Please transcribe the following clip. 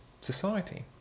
society